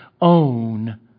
own